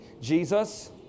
Jesus